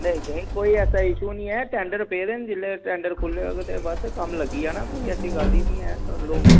कोई ऐसा इश्यू निं ऐ टेंडर पेदे न जेल्लै टेंडर खु'ल्ले ते कम्म लग्गी जाना ते ऐसी गल्ल गै निं ऐ